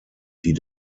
die